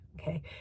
okay